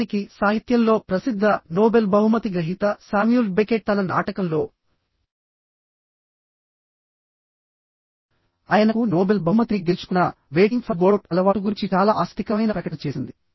నిజానికిసాహిత్యంలో ప్రసిద్ధ నోబెల్ బహుమతి గ్రహీత శామ్యూల్ బెకెట్ తన నాటకంలో ఆయనకు నోబెల్ బహుమతిని గెలుచుకున్నవేటింగ్ ఫర్ గోడోట్ అలవాటు గురించి చాలా ఆసక్తికరమైన ప్రకటన చేసింది